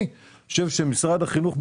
אני חושב שמשרד החינוך,